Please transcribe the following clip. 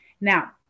Now